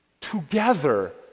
together